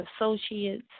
associates